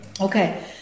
Okay